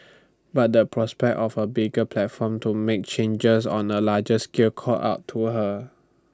but the prospect of A bigger platform to make changes on A larger scale called out to her